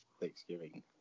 Thanksgiving